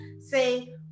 say